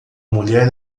mulher